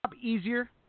easier